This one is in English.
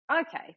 okay